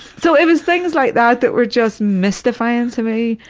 so it was things like that that were just mystifying to me.